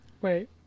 Wait